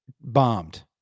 bombed